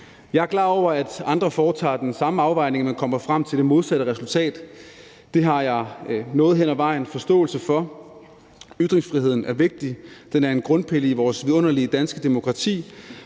Jeg er klar over, at andre foretager den samme afvejning, men kommer frem til det modsatte resultat. Det har jeg et stykke hen ad vejen forståelse for. Ytringsfriheden er vigtig, den er en grundpille i vores vidunderlige danske demokrati,